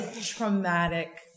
Traumatic